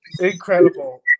incredible